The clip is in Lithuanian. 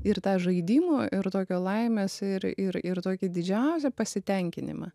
ir tą žaidimo ir tokio laimės ir ir ir tokį didžiausią pasitenkinimą